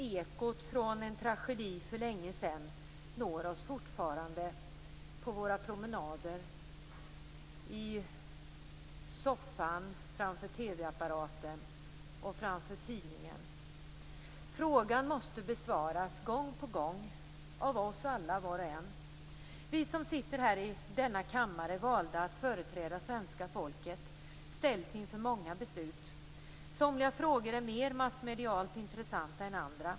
Ekot från en tragedi för länge sedan når oss fortfarande på våra promenader, i soffan framför TV-apparaten och framför tidningen. Frågan måste besvaras gång på gång av oss alla var och en. Vi som sitter i denna kammare och är valda att företräda svenska folket ställs inför många beslut. Somliga frågor är mer massmedialt intressanta än andra.